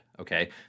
Okay